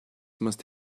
must